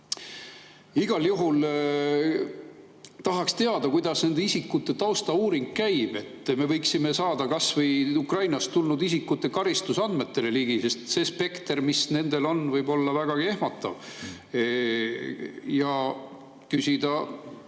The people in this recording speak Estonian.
Igal juhul tahaks teada, kuidas nende isikute taustauuring käib. Me võiksime saada kas või Ukrainast tulnud isikute karistusandmetele ligi, sest see [süütegude] spekter, mis nendel on, võib olla vägagi ehmatav, ja küsida